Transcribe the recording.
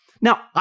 Now